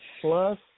Plus